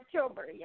October